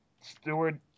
Steward